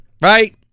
right